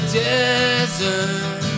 desert